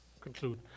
conclude